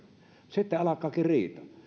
sitten alkaakin riita